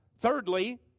Thirdly